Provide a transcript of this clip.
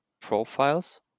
profiles